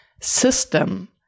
system